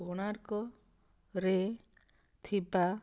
କୋଣାର୍କରେ ଥିବା